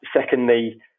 secondly